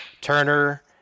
Turner